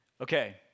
Okay